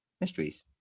mysteries